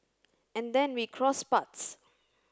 and then we crossed paths